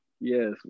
yes